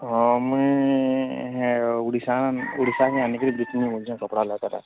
ହଁ ମୁଇଁ ହେ ଓଡ଼ିଶା ନୁ ଓଡ଼ିଶାରୁ ଆନିକରି ବିକମି ବୋଲଛେଁ କପଡ଼ା ଲତାର